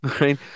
Right